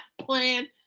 plan